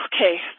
Okay